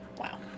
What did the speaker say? Wow